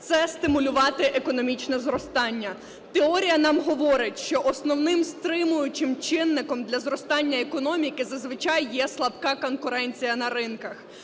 це стимулювати економічне зростання. Теорія нам говорить, що основним стримуючим чинником для зростання економіки зазвичай є слабка конкуренція на ринках.